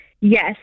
yes